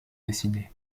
dessinée